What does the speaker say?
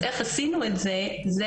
אז איך עשינו את זה, זה